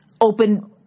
open